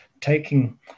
taking